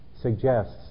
suggests